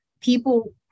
people